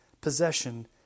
possession